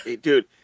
dude